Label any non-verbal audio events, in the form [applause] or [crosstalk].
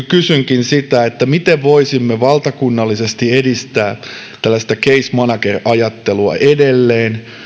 [unintelligible] kysynkin miten voisimme valtakunnallisesti edistää tällaista case manager ajattelua edelleen